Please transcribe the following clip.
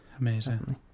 Amazing